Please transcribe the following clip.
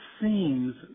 seems